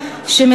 מהאמריקנים,